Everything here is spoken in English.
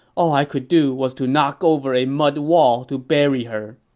all i could do was to knock over a mud wall to bury her.